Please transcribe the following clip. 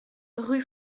rue